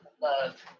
love